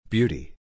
Beauty